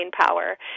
power